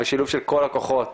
בשילוב של כל הכוחות,